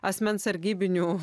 asmens sargybinių